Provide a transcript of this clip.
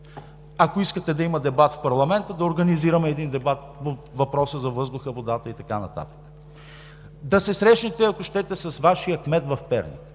ако искате да има дебат в парламента, да организираме един дебат по въпроса за въздуха, водата и така нататък. Да се срещнете, ако щете, с Вашия кмет в Перник,